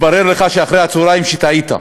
ומתברר לך אחרי הצהריים שטעית,